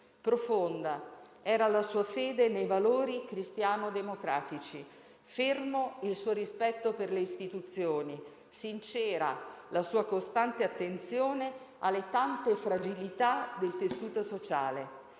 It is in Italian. Profonda era la sua fede nei valori cristiano-democratici, fermo il suo rispetto per le istituzioni e sincera la sua costante attenzione alle tante fragilità del tessuto sociale.